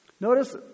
Notice